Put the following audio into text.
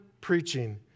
preaching